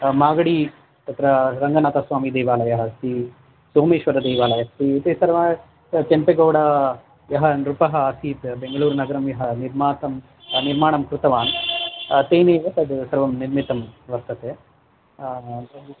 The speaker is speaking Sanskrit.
मागडि तत्र रङ्गनाथस्वामीदेवालयः अस्ति सोमेश्वरदेवालयः अस्ति इति सर्वे केम्पगौडा यः नृपः आसीत् बेङ्गलूरुनगरं यः निर्मातं निर्माणं कृतवान् तेनैव तद् सर्वं निर्मितं वर्तते